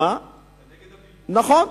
נכון.